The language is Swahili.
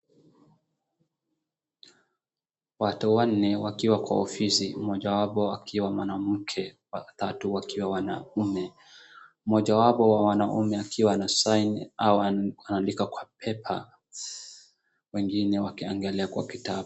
Watu wanne wakiwa kwa ofisi. Moja wapo akiwa mwanamke, watatu wakiwa wanaume. Moja wapo wa wanaume akiwa anasign au anaandika kwa paper ,wengine wakiangalia kwa kitabu.